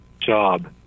job